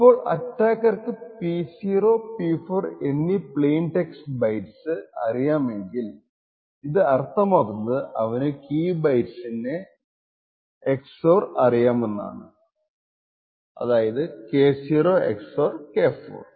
ഇപ്പോൾ അറ്റാക്കർക്കു P0 P4 എന്നീ പ്ലെയിൻ ടെക്സ്റ്റ് ബൈറ്റ്സ് അറിയാമെങ്കിൽ അത് അർത്ഥമാക്കുന്നത് അവനു കീ ബിറ്റിന്റെ XOR അറിയാമെന്നാണ് K0 XOR K4